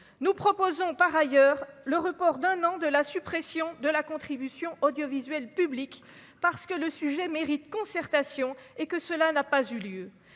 nous proposons par ailleurs le report d'un an de la suppression de la contribution audiovisuel public parce que le sujet mérite concertation et que cela n'a pas eu lieu